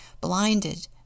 blinded